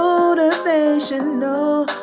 Motivational